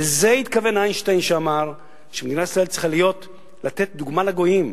לזה התכוון איינשטיין כשאמר שמדינת ישראל צריכה לתת דוגמה לגויים.